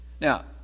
Now